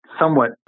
somewhat